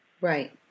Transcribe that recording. Right